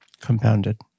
Compounded